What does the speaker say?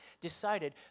decided